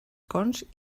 cons